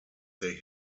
they